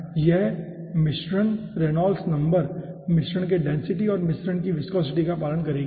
तो यह मिश्रण रेनॉल्ड्स नंबर मिश्रण के डेंसिटी और मिश्रण की विस्कोसिटी का पालन करेगी